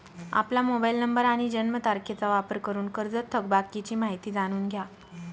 आपला mobile number आणि जन्मतारखेचा वापर करून कर्जत थकबाकीची माहिती जाणून घ्या